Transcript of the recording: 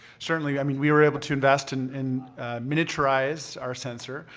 certainly! i mean we were able to invest in and miniaturize our sensor.